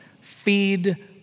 Feed